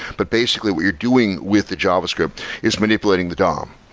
but basically what you're doing with the javascript is manipulating the dom.